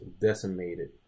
decimated